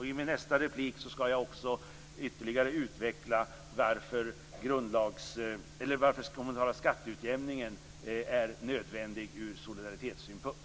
I mitt nästa inlägg skall jag också ytterligare utveckla varför den kommunala skatteutjämningen är nödvändig ur solidaritetssynpunkt.